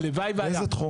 הלוואי והיה.